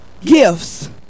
gifts